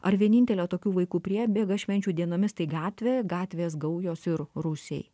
ar vienintelė tokių vaikų priebėga švenčių dienomis tai gatvė gatvės gaujos ir rūsiai